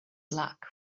lack